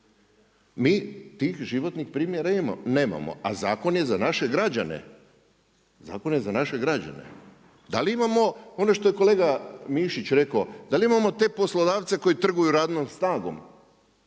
Mi tih životnih primjera nemamo, a zakon je za naše građane. Zakon je za naše građane. Da li imamo ono što je kolega Mišić rekao, da li imamo te poslodavce koji trguju radnom snagom?